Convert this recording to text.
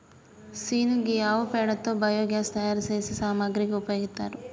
scene గీ ఆవు పేడతో బయోగ్యాస్ తయారు సేసే సామాగ్రికి ఉపయోగిత్తారు